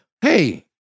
Hey